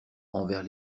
envers